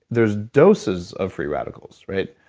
there's doses of free radicals right?